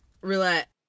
roulette